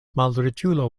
malriĉulo